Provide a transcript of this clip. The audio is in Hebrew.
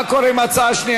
רבותי,